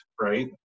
right